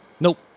Nope